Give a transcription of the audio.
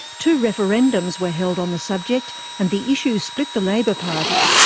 two referendums were held on the subject and the issue split the labor party,